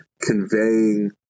conveying